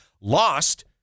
lost